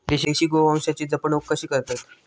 देशी गोवंशाची जपणूक कशी करतत?